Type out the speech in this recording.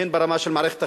הן ברמה של מערכת החינוך,